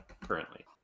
currently